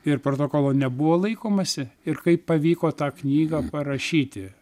ir portokolo nebuvo laikomasi ir kaip pavyko tą knygą parašyti